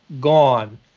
Gone